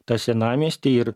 tą senamiestį ir